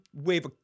wave